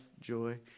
joy